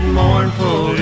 mournful